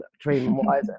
treatment-wise